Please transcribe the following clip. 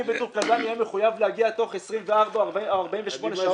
אני בסופו של דבר אהיה מחויב להגיע תוך 24 או 48 שעות.